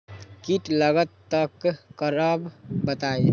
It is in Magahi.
कीट लगत त क करब बताई?